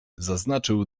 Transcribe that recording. zaznaczył